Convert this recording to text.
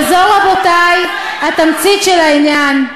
וזו, רבותי, התמצית של העניין.